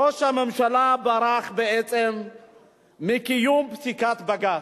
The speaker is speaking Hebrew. ראש הממשלה ברח בעצם מקיום פסיקת בג"ץ.